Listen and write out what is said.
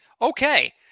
Okay